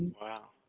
wow.